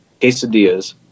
quesadillas